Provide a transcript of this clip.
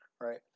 right